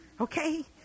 Okay